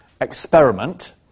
experiment